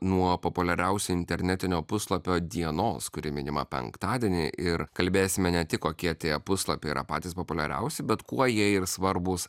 nuo populiariausio internetinio puslapio dienos kuri minima penktadienį ir kalbėsime ne tik kokie tie puslapiai yra patys populiariausi bet kuo jie ir svarbūs